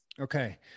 Okay